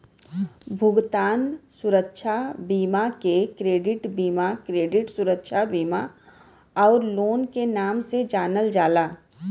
भुगतान सुरक्षा बीमा के क्रेडिट बीमा, क्रेडिट सुरक्षा बीमा आउर लोन के नाम से जानल जाला